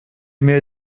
mir